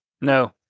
No